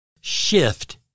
shift